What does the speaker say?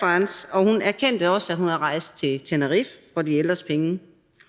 France, og hun erkendte også, at hun havde rejst til Tenerife for de ældres penge.